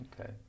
Okay